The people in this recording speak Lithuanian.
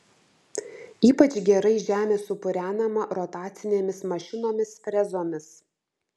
ypač gerai žemė supurenama rotacinėmis mašinomis frezomis